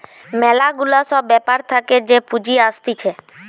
ম্যালা গুলা সব ব্যাপার থাকে যে পুঁজি আসতিছে